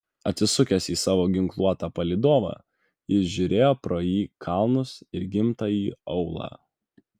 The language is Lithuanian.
atsisukęs į savo ginkluotą palydovą jis žiūrėjo pro jį į kalnus ir gimtąjį aūlą